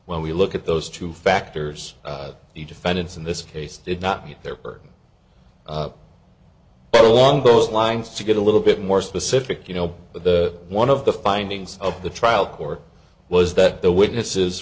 when we look at those two factors the defendants in this case did not meet their burden along those lines to get a little bit more specific you know but the one of the findings of the trial court was that the witnesses